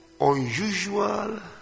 Unusual